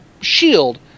shield